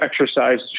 exercise